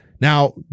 Now